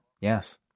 Yes